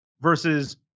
versus